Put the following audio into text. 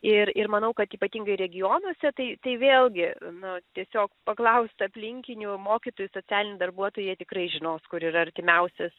ir ir manau kad ypatingai regionuose tai tai vėlgi nu tiesiog paklaust aplinkinių mokytojai socialiniai darbuotojai jie tikrai žinos kur yra artimiausias